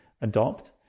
adopt